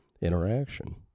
interaction